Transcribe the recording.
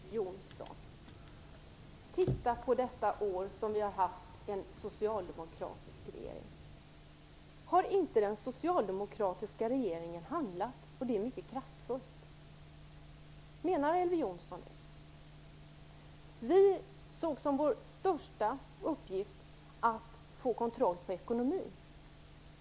Fru talman! Men, Elver Jonsson, titta på detta år då vi har haft en socialdemokratisk regering. Har inte den socialdemokratiska regeringen handlat - och det mycket kraftfullt? Menar Elver Jonsson det? Vi såg som vår största uppgift att få kontroll på ekonomin.